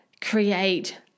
create